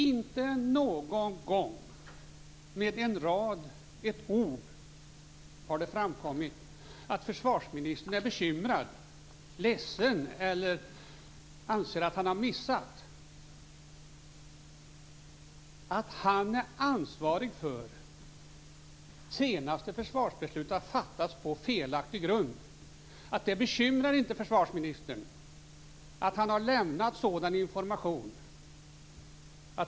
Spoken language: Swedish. Inte någon gång har det med ett ord eller en rad framkommit att försvarsministern är bekymrad eller ledsen eller anser att han har missat att han är ansvarig för att det senaste försvarsbeslutet har fattats på felaktig grund. Det bekymrar inte försvarsministern att han har lämnat sådan information.